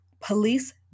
police